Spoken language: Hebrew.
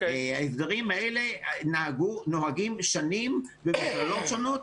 ההסדרים האלה נוהגים שנים במכללות שונות,